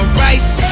rice